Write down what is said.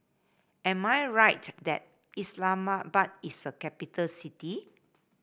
am I right that Islamabad is a capital city